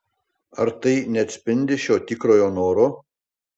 ar tai neatspindi šio tikrojo noro